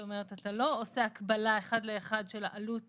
זאת אומרת, אתה לא עושה הקבלה אחד לאחד של עלות